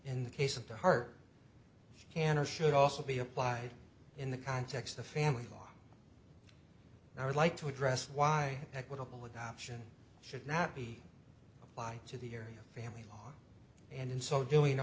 in the case of the heart can or should also be applied in the context of family law i would like to address why equitable adoption should not be applied to the area family law and in so doing